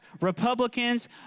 Republicans